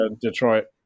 Detroit